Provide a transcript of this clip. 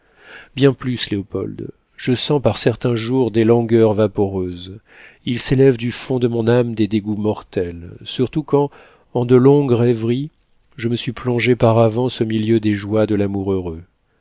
bien plus léopold je sens par certains jours des langueurs vaporeuses il s'élève du fond de mon âme des dégoûts mortels surtout quand en de longues rêveries je me suis plongé par avance au milieu des joies de l'amour